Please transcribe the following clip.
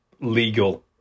legal